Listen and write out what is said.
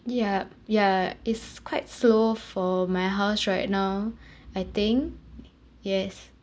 yup ya it's quite slow for my house right now I think yes